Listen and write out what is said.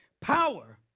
Power